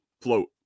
float